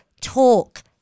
talk